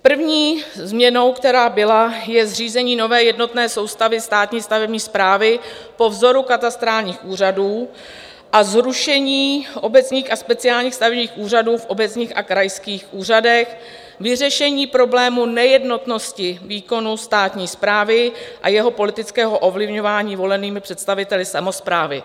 První změnou, která byla, je zřízení nové jednotné soustavy státní stavební správy po vzoru katastrálních úřadů a zrušení obecních a speciálních stavebních úřadů v obecních a krajských úřadech, vyřešení problému nejednotnosti výkonu státní správy a jeho politického ovlivňování volenými představiteli samosprávy.